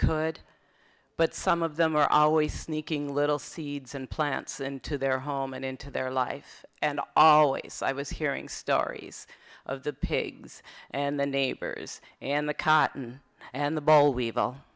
could but some of them were always sneaking little seeds and plants and to their home and into their life and always i was hearing stories of the pigs and the neighbors and the cotton and the boll weevil